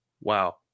wow